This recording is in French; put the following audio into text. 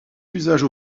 usage